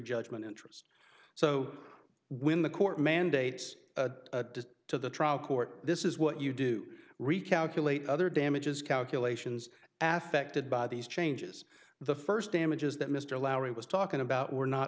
judgment interest so when the court mandates a de to the trial court this is what you do recalculate other damages calculations affectation by these changes the first damages that mr lowry was talking about were not